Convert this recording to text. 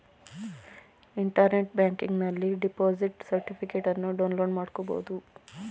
internet ಬ್ಯಾಂಕಿಂಗನಲ್ಲಿ deposit ಸರ್ಟಿಫಿಕೇಟನ್ನು download ಮಾಡ್ಕೋಬಹುದು